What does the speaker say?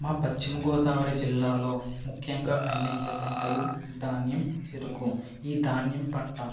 మా పశ్చిమ గోదావరి జిల్లాలో ముఖ్యంగా పండించే పంటలు ధాన్యం చెరుకు ఈ ధాన్యం పంట